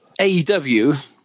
AEW